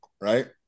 Right